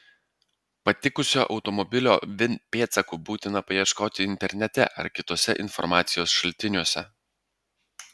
patikusio automobilio vin pėdsakų būtina paieškoti internete ar kituose informacijos šaltiniuose